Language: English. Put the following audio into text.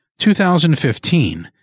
2015